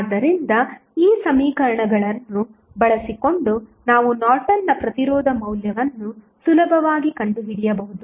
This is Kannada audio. ಆದ್ದರಿಂದ ಈ ಸಮೀಕರಣಗಳನ್ನು ಬಳಸಿಕೊಂಡು ನೀವು ನಾರ್ಟನ್ನ ಪ್ರತಿರೋಧದ ಮೌಲ್ಯವನ್ನು ಸುಲಭವಾಗಿ ಕಂಡುಹಿಡಿಯಬಹುದು